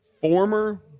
former